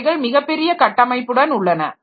அவைகள் மிகப்பெரிய கட்டமைப்புடன் உள்ளன